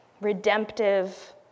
redemptive